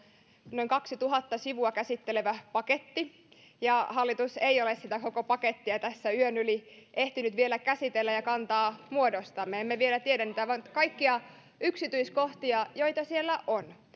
noin kaksituhatta sivua käsittelevä paketti ja hallitus ei ole sitä koko pakettia tässä yön yli ehtinyt vielä käsitellä ja kantaa muodostaa me emme vielä tiedä niitä kaikkia yksityiskohtia joita siellä on